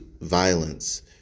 violence